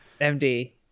MD